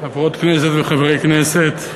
חברות כנסת וחברי כנסת,